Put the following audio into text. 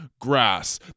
grass